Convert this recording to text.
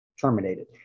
terminated